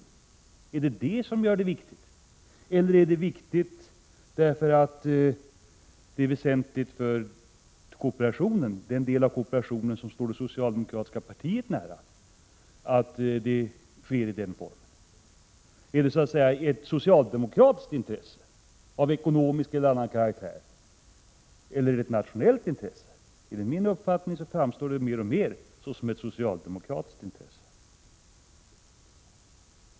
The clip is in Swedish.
Eller är det viktigt att förändringen av ägarstrukturen sker i den här formen därför att det är väsentligt för kooperationen, den del av kooperationen som står det socialdemokratiska partiet nära? Är det så att säga ett socialdemokratiskt intresse, av ekonomisk eller annan karaktär, eller är det ett nationellt intresse? Enligt min uppfattning framstår det mer och mer såsom ett socialdemokratiskt intresse.